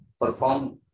perform